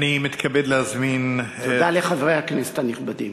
אני מתכבד להזמין את, תודה לחברי הכנסת הנכבדים.